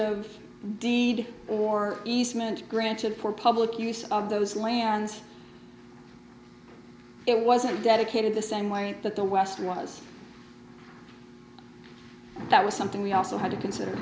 of deed or easement granted for public use of those lands it wasn't dedicated the same way that the west was that was something we also had to consider